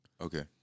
Okay